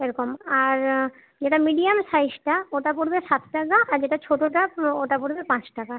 এরকম আর যেটা মিডিয়াম সাইজটা ওটা পড়বে সাত টাকা আর যেটা ছোটটা ওটা পড়বে পাঁচ টাকা